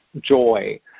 joy